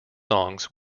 songs